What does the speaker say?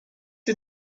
die